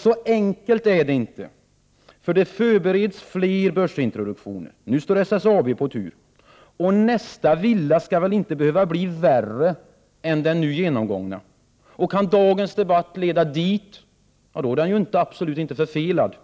Så enkelt är det emellertid inte, fler börsintroduktioner förbereds nämligen. Nu står SSAB på tur. Och nästa villa skall väl inte behöva bli värre än den nu genomförda. Kan dagens debatt leda dit, ja då är den absolut inte förfelad.